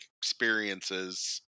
experiences